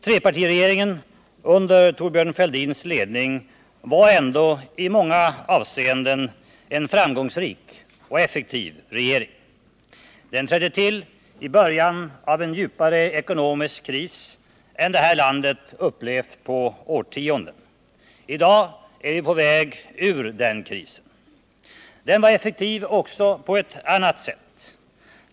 Trepartiregeringen under Thorbjörn Fälldins ledning var ändå i många avseenden en framgångsrik och effektiv regering. Den trädde till i början av en djupare ekonomisk kris än det här landet upplevt på årtionden. I dag är vi på väg ur den krisen. Den var effektiv också på ett annat sätt.